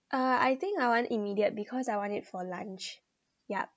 uh I think I want immediate because I want it for lunch yup